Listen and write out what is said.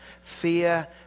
Fear